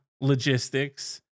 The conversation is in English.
logistics